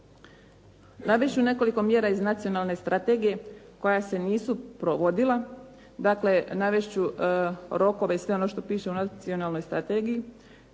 Navest ću nekoliko mjera iz nacionalne strategije koja se nisu provodila. Dakle, navest ću rokove i sve ono što piše u nacionalnoj strategiji,